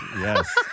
Yes